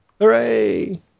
Hooray